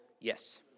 Yes